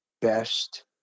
best